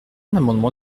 l’amendement